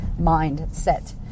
mindset